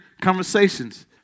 conversations